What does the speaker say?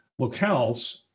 locales